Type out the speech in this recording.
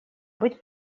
быть